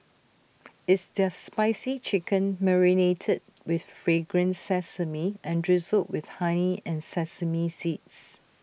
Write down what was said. it's their spicy chicken marinated with fragrant sesame and drizzled with honey and sesame seeds